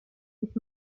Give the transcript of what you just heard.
ich